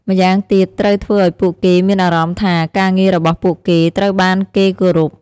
ម្យ៉ាងទៀត ត្រូវធ្វើឱ្យពួកគេមានអារម្មណ៍ថាការងាររបស់ពួកគេត្រូវបានគេគោរព។